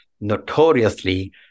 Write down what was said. notoriously